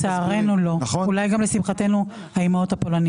עד 55. כמה זה יוצא חודשי?